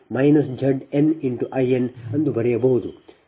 ಆದ್ದರಿಂದ ನೀವು VaEa ZsIa ZnIn ಅನ್ನು ಬರೆಯಬಹುದು